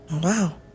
Wow